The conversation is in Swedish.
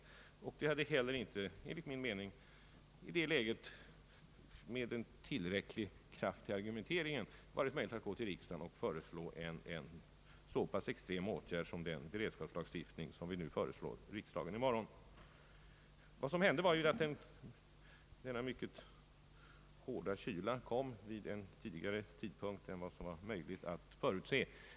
Enligt min mening hade det inte heller i det läget varit möjligt att med till räcklig kraft i argumenteringen gå till riksdagen och föreslå en så pass extrem åtgärd som den beredskapslagstiftning vi kommer att föreslå riksdagen i morgon. Vad som hände var ju att den mycket hårda kylan kom vid en tidigare tidpunkt än som var möjlig att förutse.